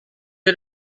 you